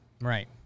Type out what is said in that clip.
Right